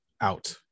out